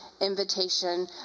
invitation